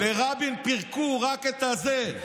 לרבין פירקו רק את הזה.